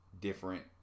different